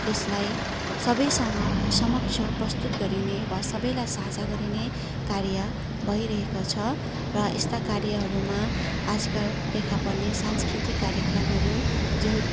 त्यसलाई सबै सम समक्ष प्रस्तुत गरिने वा सबैलाई साझा गरिने कार्य भइरहेको छ र यस्ता कार्यहरूमा आजकल देखा पर्ने सांस्कृतिक कार्यक्रमहरू जुन